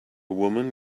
woman